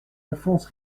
alphonse